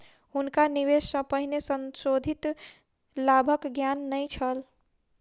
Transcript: हुनका निवेश सॅ पहिने संशोधित लाभक ज्ञान नै छल